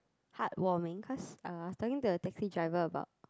heartwarming cause uh was talking to a taxi driver about